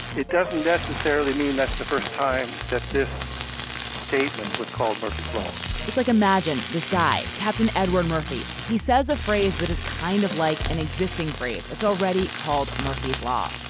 it doesn't necessarily mean that's the first time that this statement was called murphy's law it's like, imagine this guy, captain edward murphy. he says a phrase that is kind of like an existing phrase. it's already called murphy's law.